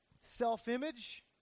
Self-image